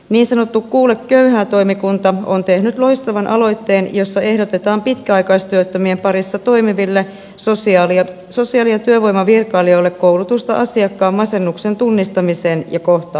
niin sanottu kuule köyhää toimikunta on tehnyt loistavan aloitteen jossa ehdotetaan pitkäaikaistyöttömien parissa toimiville sosiaali ja työvoimavirkailijoille koulutusta asiakkaan masennuksen tunnistamiseen ja kohtaamiseen